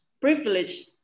privilege